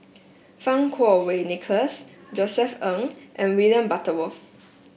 Fang Kuo Wei Nicholas Josef Ng and William Butterworth